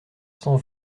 cent